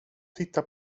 titta